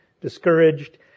discouraged